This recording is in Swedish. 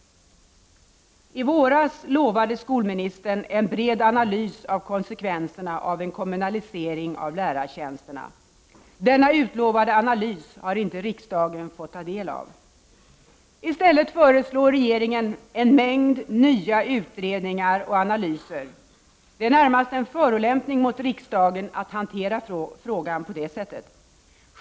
I våras lovade skolministern en bred analys av konsekvenserna av en kommunalisering av lärartjänsterna. Denna utlovade analys har inte riksdagen fått ta del av. I stället föreslår regeringen en mängd nya utredningar och analyser. Det är närmast en förolämpning mot riksdagen att hantera frågan på det sättet.